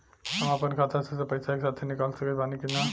हम आपन खाता से सब पैसा एके साथे निकाल सकत बानी की ना?